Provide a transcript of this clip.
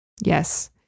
Yes